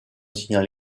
signal